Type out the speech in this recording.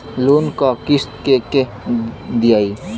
Loan क किस्त के के दियाई?